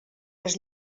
les